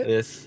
Yes